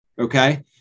Okay